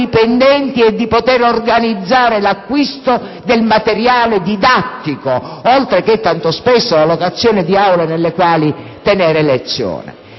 e di poter organizzare l'acquisto del materiale didattico, oltre che, molto spesso, la locazione di aule nelle quali tenere lezioni.